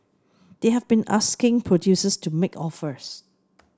they have been asking producers to make offers